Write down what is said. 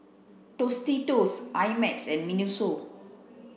Tostitos I Max and Miniso